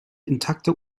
intakte